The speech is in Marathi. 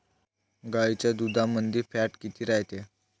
गाईच्या दुधामंदी फॅट किती रायते?